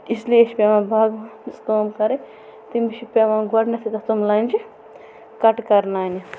اسلَیے چھُ پٮ۪وان باغہٕ وانَس کٲم کَرٕنۍ تٔمِس چھُ پٮ۪وان گۄڈنٮ۪تھٕے تِم لنٛجہِ کَٹ کَرناینہِ